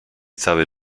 cały